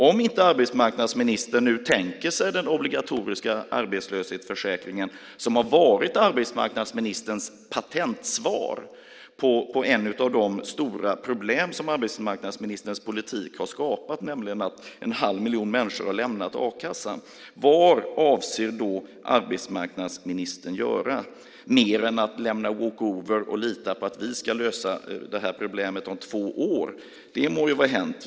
Om inte arbetsmarknadsministern nu tänker sig den obligatoriska arbetslöshetsförsäkringen, som har varit arbetsmarknadsministerns patentsvar på ett av de stora problem som arbetsmarknadsministerns politik har skapat, nämligen att en halv miljon människor har lämnat a-kassan, vad avser då arbetsmarknadsministern att göra, mer än att lämna walk over och lita på att vi ska lösa det här problemet om två år? Det må vara hänt.